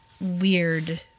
weird